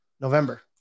November